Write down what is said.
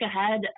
ahead